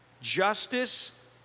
justice